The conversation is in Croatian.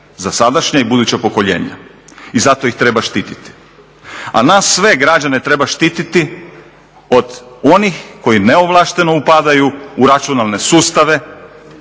za sadašnja i buduća pokoljenja i zato ih treba štititi. A nas sve građane treba štiti od onih koji neovlašteno upadaju i računalne sustave,